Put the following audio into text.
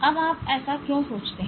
अब आप ऐसा क्यों सोचते हैं